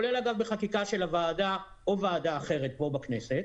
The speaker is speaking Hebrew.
כולל אגב בחקיקה של הוועדה או ועדה אחרת פה בכנסת,